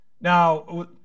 Now